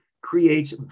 creates